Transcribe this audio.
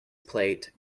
plate